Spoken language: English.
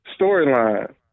storyline